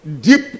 deep